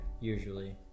Usually